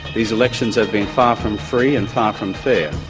these elections have been far from free and far from fair.